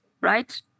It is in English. right